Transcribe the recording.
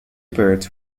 birds